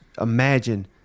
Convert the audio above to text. imagine